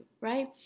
right